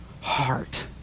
heart